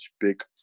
big